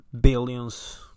billions